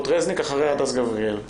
אחריה הדס גבריאל.